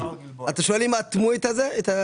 אני שמעתי אותו בעצמו אומר את זה.